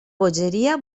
bogeria